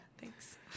Thanks